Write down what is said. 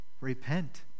Repent